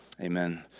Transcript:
Amen